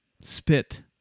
spit